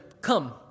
Come